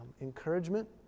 encouragement